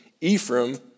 Ephraim